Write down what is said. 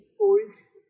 holds